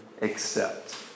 accept